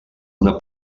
una